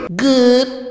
good